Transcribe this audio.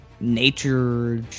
nature